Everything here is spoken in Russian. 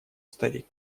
старик